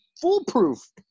foolproof